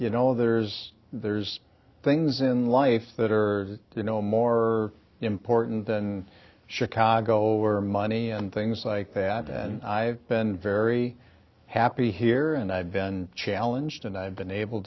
you know there's there's things in life that are you know more important than chicago or money and things like that and i've been very happy here and i've been challenged and i've been able